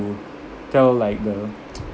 tell like the